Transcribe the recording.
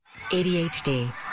ADHD